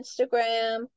instagram